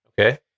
Okay